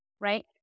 right